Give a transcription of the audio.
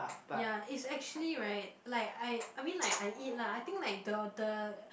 ya it's actually right like I I mean like I eat lah I think like daughter